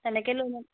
তেনেকেই লৈ ল'ম